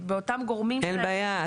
באותם גורמים --- אין בעיה.